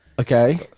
Okay